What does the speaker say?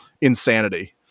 insanity